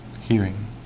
hearing